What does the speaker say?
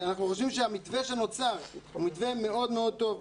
אנחנו חושבים שהמתווה שנוצר הוא מתווה מאוד-מאוד טוב.